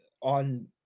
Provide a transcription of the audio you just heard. on